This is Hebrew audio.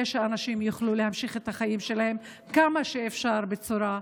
שאנשים יוכלו להמשיך את החיים שלהם כמה שאפשר בצורה נורמלית.